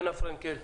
בבקשה.